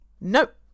Nope